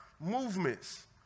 movements